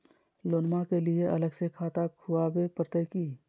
लोनमा के लिए अलग से खाता खुवाबे प्रतय की?